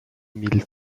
mille